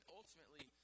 ultimately